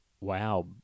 wow